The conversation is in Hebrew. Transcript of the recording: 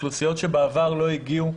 אוכלוסיות שבעבר לא הגיעו.